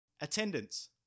Attendance